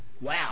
Wow